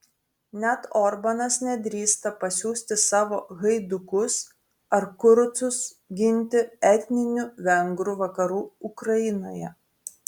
net orbanas nedrįsta pasiųsti savo haidukus ar kurucus ginti etninių vengrų vakarų ukrainoje